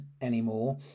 anymore